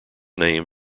name